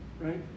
Right